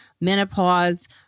menopause